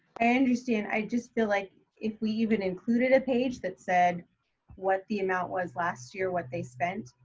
and you see, and i just feel like if we even included a page that said what the amount was last year, what they spent,